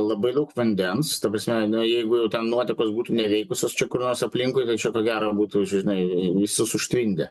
labai daug vandens ta prasme na jeigu jau ten nuotekos būtų neveikusios čia kur nors aplinkui tai čia ko gero būtų žinai visus užtvindę